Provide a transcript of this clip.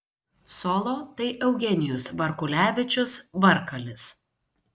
solo tai eugenijus varkulevičius varkalis